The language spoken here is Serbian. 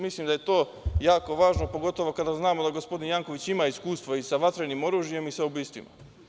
Mislim da je to jako važno, pogotovo kada znamo da gospodin Janković ima iskustva i sa vatrenim oružjem i sa ubistvima.